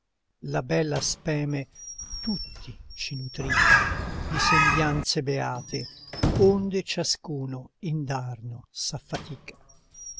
la bella speme tutti ci nutrica di sembianze beate onde ciascuno indarno s'affatica